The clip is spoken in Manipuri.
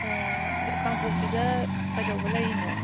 ꯑꯣ ꯑꯗꯣ ꯀꯥꯡꯄꯣꯛꯄꯤꯗ ꯀꯩꯗꯧꯕ ꯂꯩꯔꯤꯅꯣ